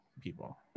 people